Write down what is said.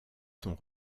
sont